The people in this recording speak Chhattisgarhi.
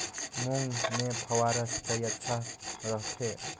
मूंग मे फव्वारा सिंचाई अच्छा रथे?